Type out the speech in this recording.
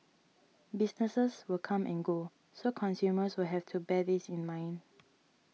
businesses will come and go so consumers will have to bear this in mind